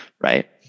right